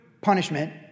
punishment